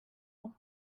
him